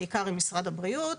בעיקר עם משרד הבריאות.